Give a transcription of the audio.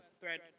thread